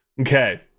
Okay